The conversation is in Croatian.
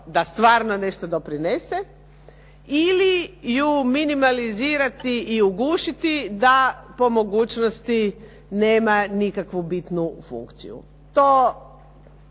da stvarno nešto doprinese ili ju minimalizirati i ugušiti da po mogućnosti nema nikakvu bitnu funkciju. To